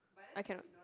I cannot